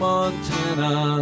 Montana